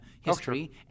history